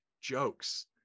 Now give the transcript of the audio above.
jokes